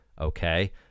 Okay